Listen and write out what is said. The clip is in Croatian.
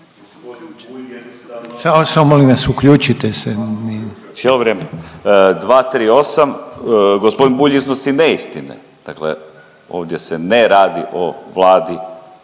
Samo molim vas, uključite se./... Cijelo vrijeme, 238, g. Bulj iznosi neistine. Dakle ovdje se ne radi o Vladi